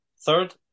Third